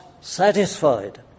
satisfied